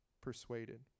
persuaded